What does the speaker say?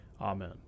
amen